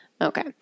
Okay